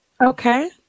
Okay